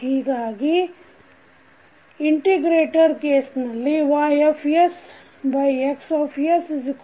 ಹೀಗಾಗಿ ಇಂಟಿಗ್ರೇಟರ್ ಕೇಸಿನಲ್ಲಿYX1s